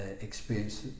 experience